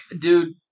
dude